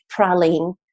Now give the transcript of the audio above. Praline